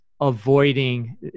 avoiding